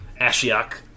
Ashiok